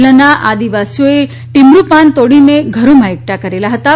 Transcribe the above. જિલ્લાનાં આદિવાસીઓએ ટિમરુ પાન તોડીને ધરોમાં એકઠા કરેલા હતાં